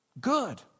Good